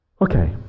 Okay